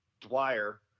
Dwyer